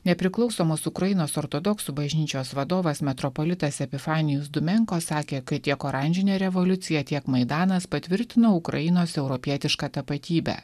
nepriklausomos ukrainos ortodoksų bažnyčios vadovas metropolitas epifanijus dumenko sakė kai tiek oranžinė revoliucija tiek maidanas patvirtino ukrainos europietišką tapatybę